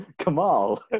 Kamal